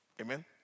Amen